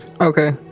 Okay